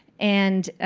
and